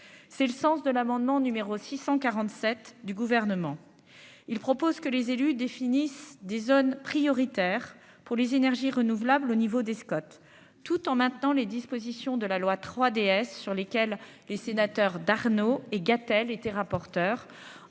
c'est le sens de l'amendement numéro 647 du gouvernement, il propose que les élus définissent des zones prioritaires pour les énergies renouvelables, au niveau des Scott tout en maintenant les dispositions de la loi 3DS sur lesquels les sénateurs d'Arnaud et Gatel était rapporteur